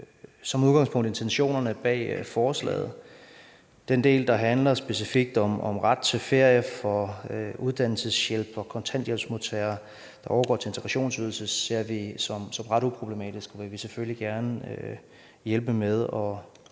som udgangspunkt intentionerne bag forslaget. Den del, der specifikt handler om ret til ferie for uddannelseshjælps- og kontanthjælpsmodtagere, der overgår til integrationsydelse, ser vi som ret uproblematisk og vil selvfølgelig gerne hjælpe med at løse de